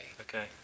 Okay